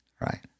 Right